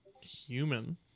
human